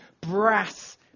brass